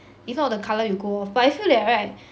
if not the color will go off but I feel that right